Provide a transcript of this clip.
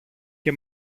και